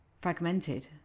fragmented